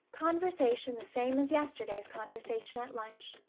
conversation the same as yesterday's conversation at lunch.